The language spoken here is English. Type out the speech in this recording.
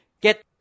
get